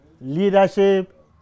Leadership